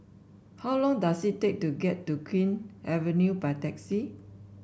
how long does it take to get to Queen Avenue by taxi